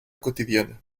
cotidiana